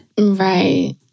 Right